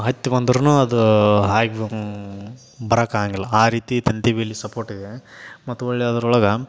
ಹತ್ತಿ ಬಂದ್ರೂ ಅದು ಹಾಗೆ ಬರೋಕ್ಕಾಗಂಗಿಲ್ಲ ಆ ರೀತಿ ತಂತಿ ಬೇಲಿ ಸಪೋರ್ಟಿದೆ ಮತ್ತು ಹೊರ್ಳಿ ಅದ್ರೊಳಗೆ